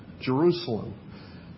Jerusalem